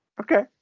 Okay